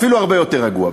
אפילו הרבה יותר רגוע,